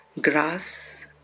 Grass